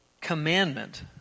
commandment